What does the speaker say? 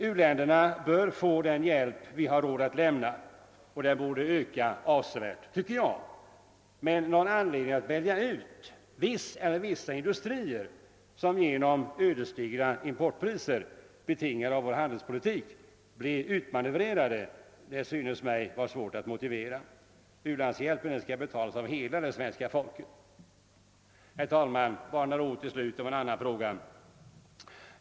U-länderna bör få den hjälp vi har råd att lämna, och den hjälpen bör öka avsevärt. Någon anledning att välja ut viss eller vissa industrier, som genom ödesdigra importpriser, betingade av vår handelspolitik, blir utmanövrerade, synes mig däremot vara svårt att motivera. U-landshjälpen skall betalas av hela det svenska folket. Herr talman! Bara till slut några ord om en annan fråga.